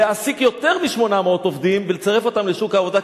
להעסיק יותר מ-800 עובדים ולצרף אותם לשוק העבודה,